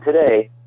today